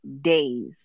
days